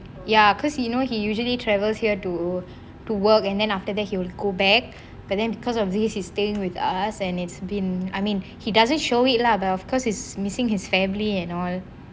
ya he know he usually travels here to work and then after that he will go back but then because of this he is staying with us and it's been I mean he doesn't show it lah but of course he is missing his family and all